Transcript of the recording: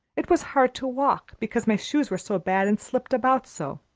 it was hard to walk, because my shoes were so bad and slipped about so.